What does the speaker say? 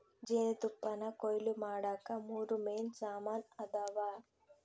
ಜೇನುತುಪ್ಪಾನಕೊಯ್ಲು ಮಾಡಾಕ ಮೂರು ಮೇನ್ ಸಾಮಾನ್ ಅದಾವ